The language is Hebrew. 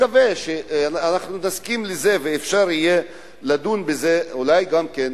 אז אני מקווה שנסכים לזה ואפשר יהיה לדון בזה אולי גם כן,